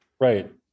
Right